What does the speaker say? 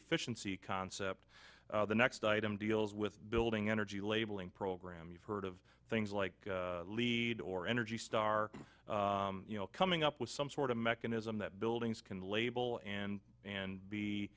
efficiency concept the next item deals with building energy labeling program you've heard of things like lead or energy star coming up with some sort of mechanism that buildings can label and and be